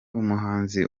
umuhanzi